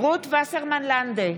רות וסרמן לנדה,